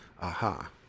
Aha